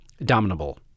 dominable